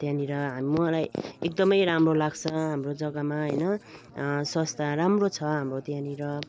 त्यहाँनिर मलाई एकदमै राम्रो लाग्छ हाम्रो जगामा होइन स्वास्थ्य राम्रो छ हाम्रो त्यहाँनिर